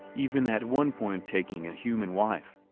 even at one point taking a human wife.